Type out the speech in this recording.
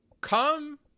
Come